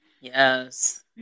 Yes